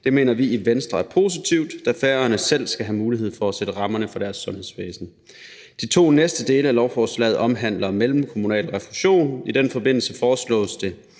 Det mener vi i Venstre er positivt, da Færøerne selv skal have mulighed for at sætte rammerne for deres sundhedsvæsen. De to næste dele af lovforslaget omhandler mellemkommunal refusion. I den forbindelse foreslås det,